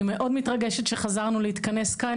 אני מאוד מתרגשת שחזרנו להתכנס כאן.